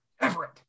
Everett